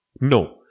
No